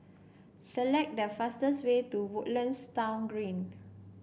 select the fastest way to Woodlands Town Garden